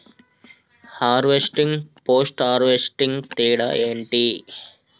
Harvesting, post harvesting తేడా ఏంటి?